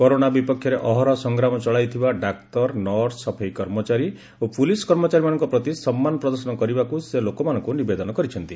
corona ବିପକ୍ଷରେ ଅହରହ ସଂଗ୍ରାମ ଚଳାଇଥିବା ଡାକ୍ତର ନର୍ସ ସଫେଇ କର୍ମଚାରୀ ଓ ପୁଲିସ୍ କର୍ମଚାରୀମାନଙ୍କ ପ୍ରତି ସମ୍ମାନ ପ୍ରଦର୍ଶନ କରିବାକୁ ସେ ଲୋକମାନଙ୍କୁ ନିବେଦନ କରିଛନ୍ତି